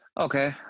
Okay